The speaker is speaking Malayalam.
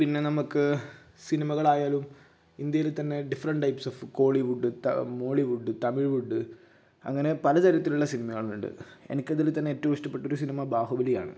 പിന്നെ നമുക്ക് സിനിമകളായാലും ഇന്ത്യയിൽ തന്നെ different types of Kollywood ത മോളി വുഡ് തമിഴ് വുഡ് അങ്ങനെ പല തരത്തിലുള്ള സിനിമകള്ണ്ട് എനിക്കതില് തന്നെ ഏറ്റവും ഇഷ്ടപ്പെട്ടൊരു സിനിമ ബാഹുബലിയാണ്